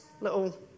little